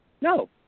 No